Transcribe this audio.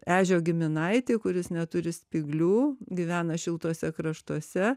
ežio giminaitį kuris neturi spyglių gyvena šiltuose kraštuose